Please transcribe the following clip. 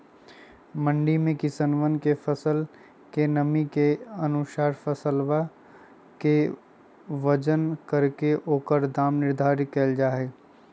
मंडी में किसनवन के फसल के नमी के अनुसार फसलवा के वजन करके ओकर दाम निर्धारित कइल जाहई